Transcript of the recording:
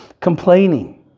complaining